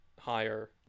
higher